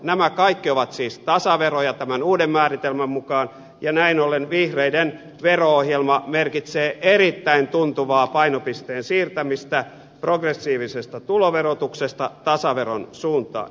nämä kaikki ovat siis tasaveroja tämän uuden määritelmän mukaan ja näin ollen vihreiden vero ohjelma merkitsee erittäin tuntuvaa painopisteen siirtämistä progressiivisesta tuloverotuksesta tasaveron suuntaan